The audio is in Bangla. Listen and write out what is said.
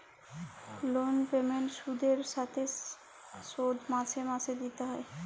লল পেমেল্ট সুদের সাথে শোধ মাসে মাসে দিতে হ্যয়